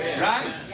right